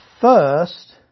first